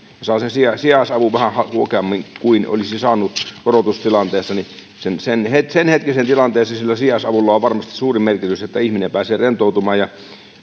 saa sen sijaisavun vähän huokeammin kuin olisi saanut korotustilanteessa niin senhetkisessä tilanteessa sillä sijaisavulla on varmasti suuri merkitys että ihminen pääsee rentoutumaan ja